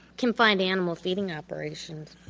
confined animal feeding operations.